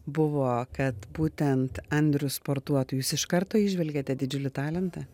buvo kad būtent andrius sportuotų jūs iš karto įžvelgėte didžiulį talentą